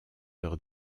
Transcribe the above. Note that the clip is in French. heure